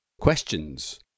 Questions